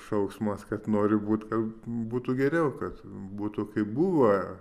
šauksmas kad nori būti kad būtų geriau kad būtų kaip buvę